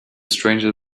stranger